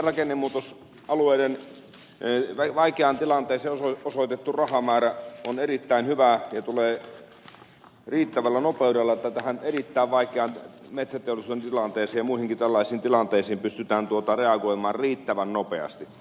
äkillisen rakennemuutoksen alueiden vaikeaan tilanteeseen osoitettu rahamäärä on erittäin hyvä ja tulee riittävällä nopeudella että tähän erittäin vaikeaan metsäteollisuuden tilanteeseen ja muihinkin tällaisiin tilanteisiin pystytään reagoimaan riittävän nopeasti